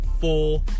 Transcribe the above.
four